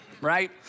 right